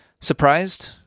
Surprised